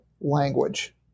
language